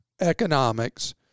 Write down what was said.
economics